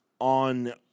on